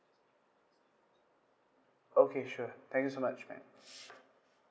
okay sure thank you so much man